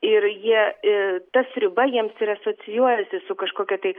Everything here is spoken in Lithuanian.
ir jie ir ta sriuba jiems ir asocijuojasi su kažkokia tai